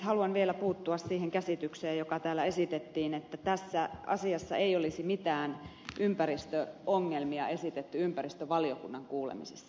haluan vielä puuttua siihen käsitykseen joka täällä esitettiin että tässä asiassa ei olisi mitään ympäristöongelmia esitetty ympäristövaliokunnan kuulemisessa